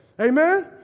Amen